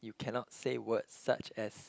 you cannot say words such as